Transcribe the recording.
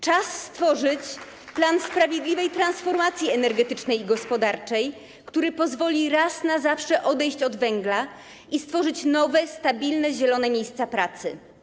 Czas stworzyć plan sprawiedliwej transformacji energetycznej i gospodarczej, który pozwoli raz na zawsze odejść od węgla i stworzyć nowe, stabilne, zielone miejsca pracy.